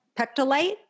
Pectolite